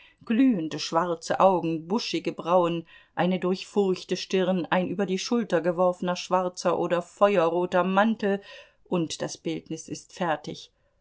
glühende schwarze augen buschige brauen eine durchfurchte stirn ein über die schulter geworfener schwarzer oder feuerroter mantel und das bildnis ist fertig